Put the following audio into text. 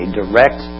direct